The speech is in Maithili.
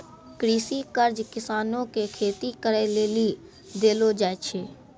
कृषि कर्ज किसानो के खेती करे लेली देलो जाय छै